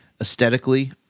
aesthetically